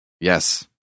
Yes